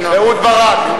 אהוד ברק.